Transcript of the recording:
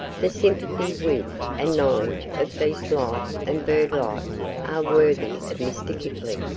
the sympathy with, and knowledge of beast-life and bird-life are worthy of mr. kipling,